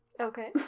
Okay